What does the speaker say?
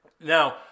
now